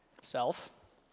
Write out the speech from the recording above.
self